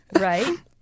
right